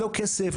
לא כסף,